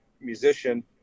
musician